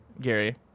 Gary